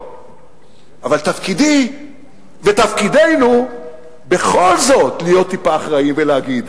אבל תפקידי ותפקידנו בכל זאת להיות טיפה אחראיים ולהגיד: